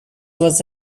was